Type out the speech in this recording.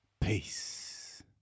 Peace